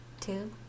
two